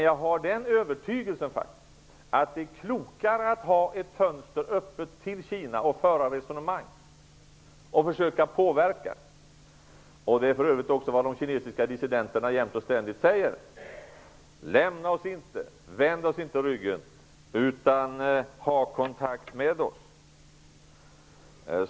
Jag har den övertygelsen att det är klokare att ha ett fönster öppet till Kina och föra resonemang och försöka påverka. Det är för övrigt vad de kinesiska dissidenterna jämt och ständigt säger: ''Lämna oss inte. Vänd oss inte ryggen. Ha kontakt med oss.''